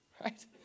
Right